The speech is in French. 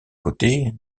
côtés